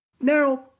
Now